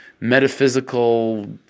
metaphysical